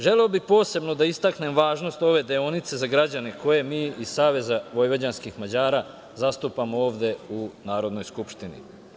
Želeo bih posebno da istaknem važnost ove deonice za građane koje mi iz Saveza vojvođanskih Mađara zastupamo ovde u Narodnoj skupštini.